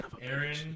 Aaron